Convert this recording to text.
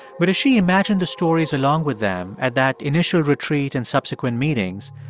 but as she imagined the stories along with them at that initial retreat and subsequent meetings,